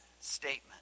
statement